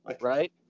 Right